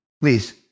Please